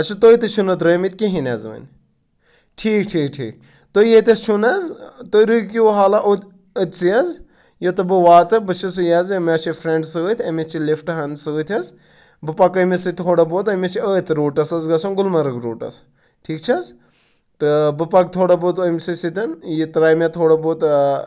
اَچھا تُہۍ تہِ چھُ نہٕ درٛٲمِتۍ کِہینۍ حظ وٕنۍ ٹھیٖک ٹھیٖک ٹھیٖک تُہۍ ییٚتھس چھُ نہ حظ تُہۍ رُکِو حالہ اوٚ أتۍ سٕے حظ یِتہٕ بہٕ واتہٕ بہٕ چھُس یہِ حظ یہِ مےٚ چھِ فرٛنڈ سۭتۍ أمِس چھِ لِفٹ ہَن سۭتۍ حظ بہٕ پَکہٕ أمِس سۭتۍ تھوڑا بہت أمِس چھِ أتھۍ روٗٹَس حظ گژھُن گُلمرگ روٗٹَس ٹھیٖک چھِ حظ تہٕ بہٕ پَکہٕ تھوڑا بہت أمۍ سٕے سۭتۍ یہِ ترٛایہِ مےٚ تھوڑا بہت